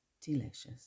delicious